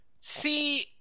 See